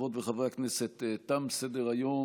חברות וחברי הכנסת, תם סדר-היום.